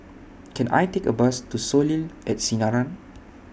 Can I Take A Bus to Soleil At Sinaran